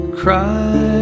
cry